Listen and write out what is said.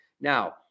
Now